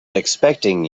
expecting